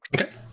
Okay